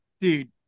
dude